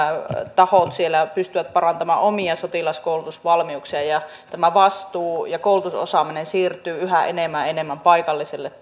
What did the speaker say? tahot siellä pystyvät parantamaan omia sotilaskoulutusvalmiuksiaan ja tämä vastuu ja koulutusosaaminen siirtyy yhä enemmän ja enemmän paikalliselle